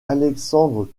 alexandre